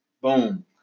Boom